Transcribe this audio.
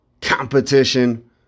competition